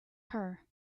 her